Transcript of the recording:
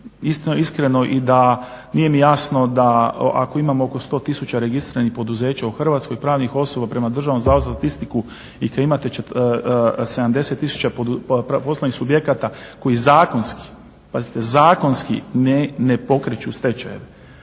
Iskreno i da nije mi jasno da ako imamo oko 100000 registriranih poduzeća u Hrvatskoj, pravnih osoba prema Državnom zavodu za statistiku i kad imate 70000 poslovnih subjekata koji zakonski, pazite zakonski ne pokreću stečajeve.